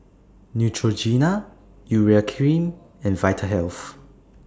Neutrogena Urea Cream and Vitahealth